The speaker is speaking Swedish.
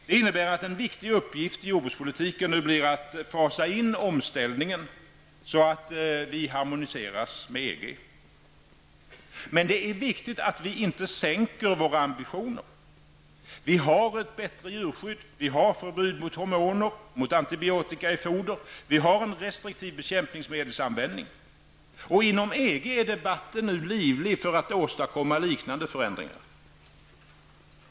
Det innebär att en viktig uppgift i jordbrukspolitiken nu blir att fasa in omställningen så att vi harmoniseras med EG. Men det är viktigt att vi inte sänker våra ambitioner. Vi har ett bättre djurskydd, förbud mot hormoner och mot antibiotika i foder, och vi har en restriktiv bekämpningsmedelsanvändning. Inom EG är debatten nu livlig för att åstadkomma liknande förändringar.